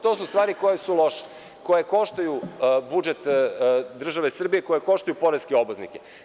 To su stvari koje su loše, koje koštaju budžet države Srbije, koje koštaju poreske obveznike.